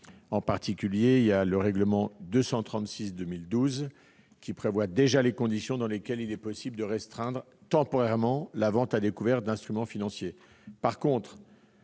en particulier au règlement n° 236/2012 qui prévoit les conditions dans lesquelles il est possible de restreindre temporairement la vente à découvert d'instruments financiers.